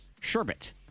Sherbet